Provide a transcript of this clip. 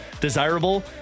desirable